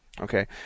Okay